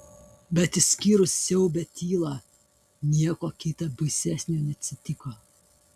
bet išskyrus siaubią tylą nieko kita baisesnio neatsitiko